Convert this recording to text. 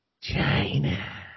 China